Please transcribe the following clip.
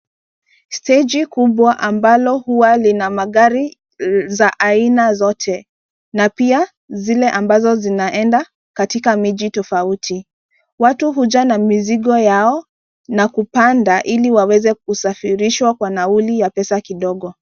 Steji kubwa ambalo huwa lina magari za aina zote na pia zile ambazo zinaenda katika miji tofauti, Watu huja na mizigo yao na kupanda ili waweze kusafirishwa kwa nauli ya pesa kidogo.